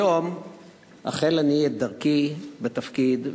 היום אחל אני את דרכי בתפקיד,